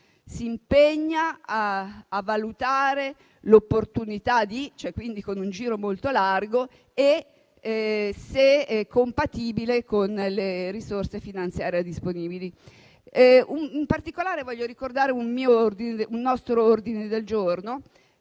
il Governo a valutare l'opportunità di», compiendo, quindi, un "giro" molto largo, e sempre compatibilmente con le risorse finanziarie disponibili. In particolare vorrei ricordare un nostro ordine del giorno